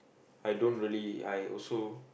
I don't really I also